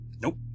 Nope